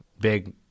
Big